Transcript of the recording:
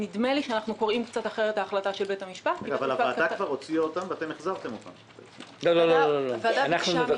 מעבר לכך אני לא נכנס